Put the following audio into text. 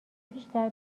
بیشتر